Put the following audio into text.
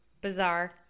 Bizarre